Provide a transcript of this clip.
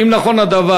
1. האם נכון הדבר?